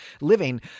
living